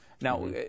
Now